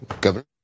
Governor